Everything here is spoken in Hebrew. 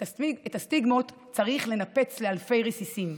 את הסטיגמות צריך לנפץ לאלפי רסיסים.